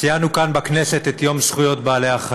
ציינו כאן בכנסת את יום זכויות בעלי-החיים.